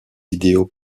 idéaux